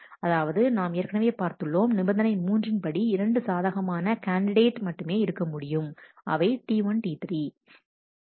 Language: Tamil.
அதாவது நாம் ஏற்கனவே பார்த்துள்ளோம் நிபந்தனை மூன்றின் படி இரண்டு சாதகமான கேண்டிடேட் மட்டுமே இருக்க முடியும் அவை T1 T3